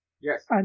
Yes